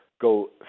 go